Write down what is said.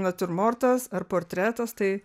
natiurmortas ar portretas tai